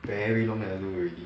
very long never do already